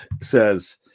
says